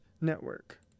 Network